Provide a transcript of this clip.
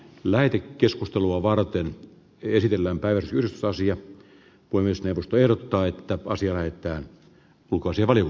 lääke keskustelua varten esitellään päivitysosia on myös ajatus pelottaa että voisi väittää lukuisia välillä